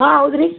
ಹಾಂ ಹೌದು ರೀ